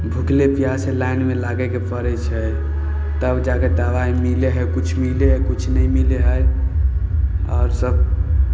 भूखले पियासे लाइनमे लागेके पड़ै छै तब जाय कऽ दबाइ मिलै हइ किछु मिलै हइ किछु नहि मिलै हइ आओर सब